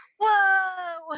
whoa